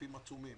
בהיקפים עצומים.